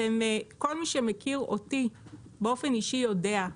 כל מי שמכיר אותי באופן אישי יודע,